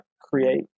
create